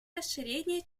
расширения